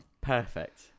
perfect